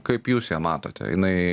kaip jūs ją matote jinai